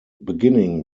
beginning